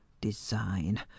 design